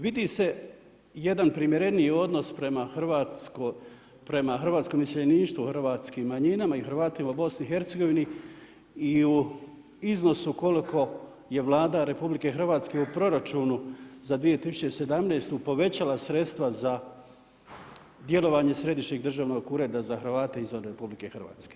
Vidi se jedan primjereniji odnos prema hrvatskom iseljeništvu, hrvatskim manjinama i Hrvatima u Bosni i Hercegovini i u iznosu koliko je Vlada RH u proračunu za 2017. povećala sredstva za djelovanje Središnjeg državnog ureda za Hrvate izvan RH.